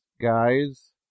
guys